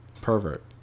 Pervert